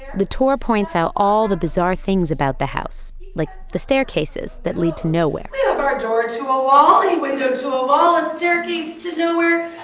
the tour points out all the bizarre things about the house, like the staircases that lead to nowhere, we have our door to a wall, a window to a wall, a staircase to nowhere,